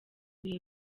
ibihe